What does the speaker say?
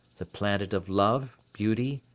the planet of love, beauty,